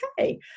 okay